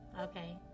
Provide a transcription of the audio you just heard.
Okay